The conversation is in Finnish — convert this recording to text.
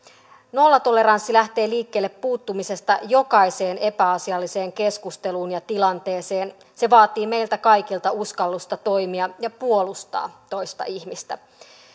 nollatoleranssi lähtee liikkeelle puuttumisesta jokaiseen epäasialliseen keskusteluun ja tilanteeseen se vaatii meiltä kaikilta uskallusta toimia ja puolustaa toista ihmistä